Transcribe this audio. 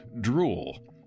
drool